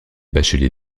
bachelier